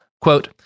Quote